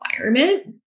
requirement